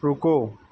ਰੁਕੋ